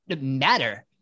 matter